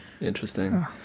interesting